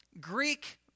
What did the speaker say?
Greek